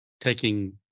taking